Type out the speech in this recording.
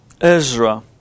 Ezra